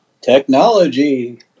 Technology